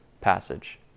passage